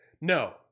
no